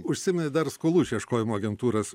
užsiminei dar skolų išieškojimo agentūras